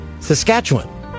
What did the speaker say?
Saskatchewan